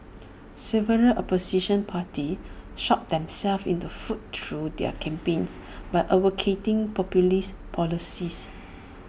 several opposition parties shot themselves in the foot through their campaigns by advocating populist policies